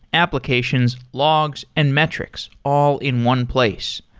applications, logs and metrics all in one place.